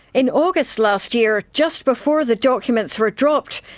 in august last year, just before the documents were dropped,